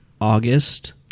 August